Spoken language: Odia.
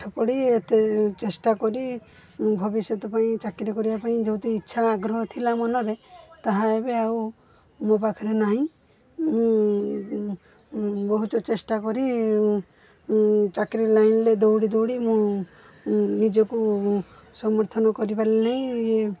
ପାଠ ପଢ଼ି ଏତେ ଚେଷ୍ଟା କରି ଭବିଷ୍ୟତ ପାଇଁ ଚାକିରି କରିବାପାଇଁ ଯୋଉତି ଇଚ୍ଛା ଆଗ୍ରହ ଥିଲା ମନରେ ତାହା ଏବେ ଆଉ ମୋ ପାଖରେ ନାହିଁ ମୁଁ ବହୁତ ଚେଷ୍ଟା କରି ଚାକିରି ଲାଇନ୍ରେ ଦୌଡ଼ି ଦୌଡ଼ି ମୁଁ ନିଜକୁ ସମର୍ଥନ କରିପାରିଲି ନାହିଁ ୟେ